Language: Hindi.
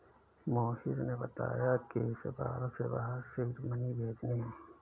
मोहिश ने बताया कि उसे भारत से बाहर सीड मनी भेजने हैं